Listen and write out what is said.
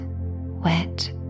wet